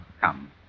come